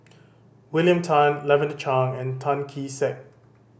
William Tan Lavender Chang and Tan Kee Sek